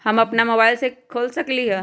हम अपना मोबाइल से खोल सकली ह?